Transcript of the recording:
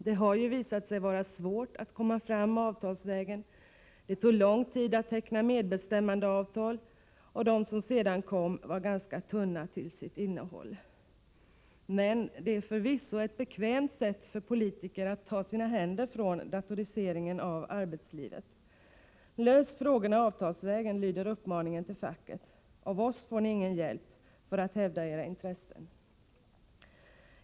Det har visat sig vara svårt att komma fram avtalsvägen, det tog lång tid att teckna medbestämmandeavtal, och de som sedan kom var ganska tunna till sitt innehåll. Men det är förvisso ett bekvämt sätt för politiker att så att säga ta sina händer från datoriseringen av arbetslivet. Lös frågorna avtalsvägen, lyder uppmaningen till facket. Av oss får ni ingen hjälp för att hävda era intressen, heter det.